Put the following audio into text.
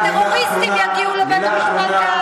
והטרוריסטים יגיעו לבית-המשפט בהאג.